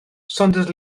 saunders